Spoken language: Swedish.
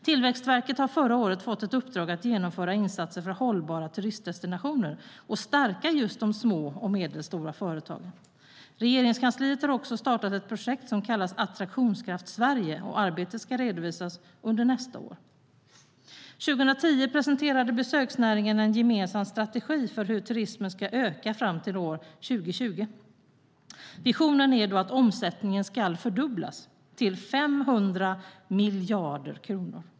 Tillväxtverket har förra året fått ett uppdrag att genomföra insatser för hållbara turistdestinationer och stärka de små och medelstora företagen. Regeringskansliet har också startat ett projekt som kallas Attraktionskraft Sverige, och det arbetet ska redovisas under nästa år. 2010 presenterade besöksnäringen en gemensam strategi för hur turismen ska öka fram till år 2020. Visionen är att omsättningen ska fördubblas till 500 miljarder kronor.